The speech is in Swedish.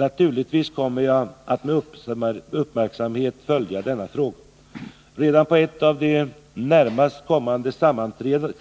Naturligtvis kommer jag att med uppmärksamhet följa denna fråga. Redan på ett av de närmast kommande sammanträdena